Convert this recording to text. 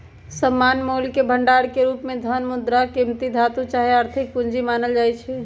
सामान्य मोलके भंडार के रूप में धन, मुद्रा, कीमती धातु चाहे आर्थिक पूजी मानल जाइ छै